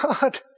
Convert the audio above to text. God